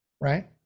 right